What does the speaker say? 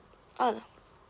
uh no